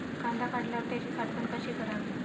कांदा काढल्यावर त्याची साठवण कशी करावी?